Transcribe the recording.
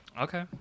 Okay